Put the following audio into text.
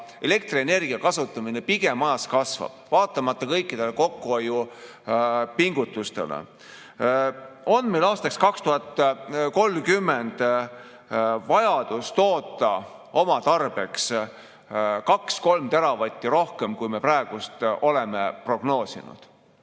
elektrienergia kasutamine ajas pigem kasvab, et vaatamata kõikidele kokkuhoiupingutustele on meil aastaks 2030 vaja toota oma tarbeks 2–3 teravatti rohkem, kui me praegu oleme prognoosinud.